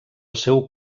seu